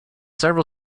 several